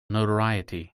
notoriety